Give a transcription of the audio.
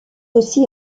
aussi